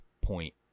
point